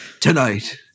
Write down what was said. Tonight